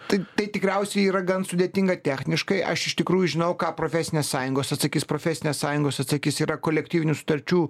tai tai tikriausiai yra gan sudėtinga techniškai aš iš tikrųjų žinau ką profesinės sąjungos atsakys profesinės sąjungos atsakys yra kolektyvinių sutarčių